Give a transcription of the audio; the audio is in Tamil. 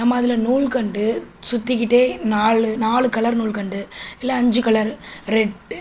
நம்ம அதில் நூற்கண்டு சுற்றிக்கிட்டே நாலு நாலு கலர் நூற்கண்டு இல்லை அஞ்சு கலர் ரெட்டு